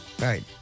Right